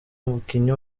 umukinnyi